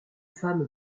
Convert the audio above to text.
femme